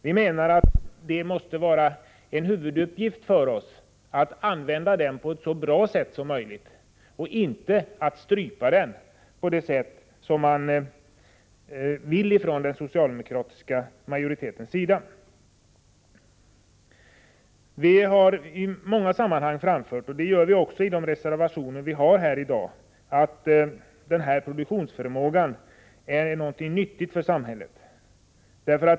Vi menar att det måste vara en huvuduppgift för oss att utnyttja denna tillgång på ett så bra sätt som möjligt och inte strypa den så som den socialdemokratiska majoriteten vill göra. Vi har i många sammanhang framfört — och det gör vi också i de reservationer vi nu avgivit — att denna produktionsförmåga är någonting nyttigt för samhället.